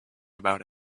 about